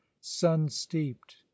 sun-steeped